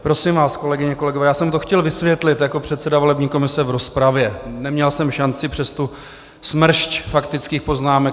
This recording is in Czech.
Prosím vás, kolegyně, kolegové, já jsem to chtěl vysvětlit jako předseda volební komise v rozpravě, neměl jsem šanci přes tu smršť faktických poznámek.